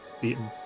beaten